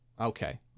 okay